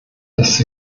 dass